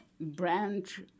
branch